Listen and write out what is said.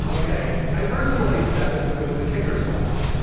okay. i personally, stefan, think it was the kicker's fault.